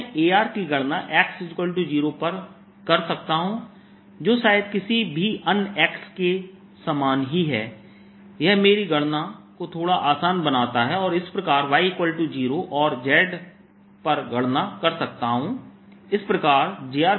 तो मैं Ar की गणना x0 पर कर सकता हूं जो शायद किसी भी अन्य x के समान ही है यह मेरी गणना को थोड़ा आसान बनाता है और इसी प्रकार y0 और z पर गणना कर सकता हूं